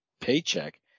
paycheck